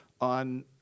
on